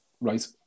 Right